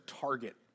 target